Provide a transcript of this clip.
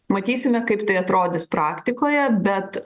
matysime kaip tai atrodys praktikoje bet